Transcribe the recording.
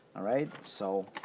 alright so